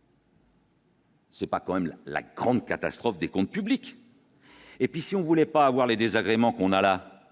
0. C'est pas quand même la grande catastrophe des comptes publics et puis si on voulait pas avoir les désagréments qu'on a là,